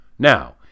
Now